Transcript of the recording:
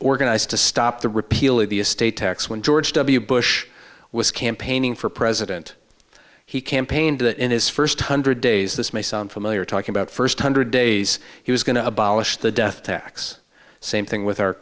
going to stop the repeal of the estate tax when george w bush was campaigning for president he campaigned that in his first hundred days this may sound familiar talking about first hundred days he was going to abolish the death tax same thing with our